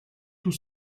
tout